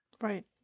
Right